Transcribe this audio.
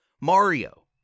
Mario